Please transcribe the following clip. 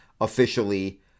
officially